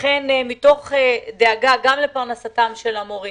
לכן, מתוך דאגה גם לפרנסתם של המורים,